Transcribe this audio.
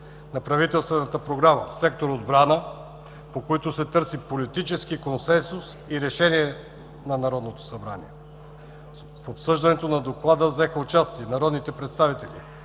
от правителствената програма в сектор „Отбрана“, по които се търси политически консенсус и решение на Народното събрание. В обсъждането на Доклада взеха участие народните представители